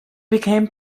became